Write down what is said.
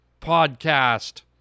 podcast